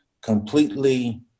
completely